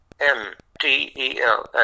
M-T-E-L